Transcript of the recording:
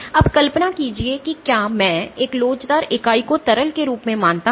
अब कल्पना कीजिए कि क्या मैं एक लोचदार इकाई को तरल के रूप में मानता हूं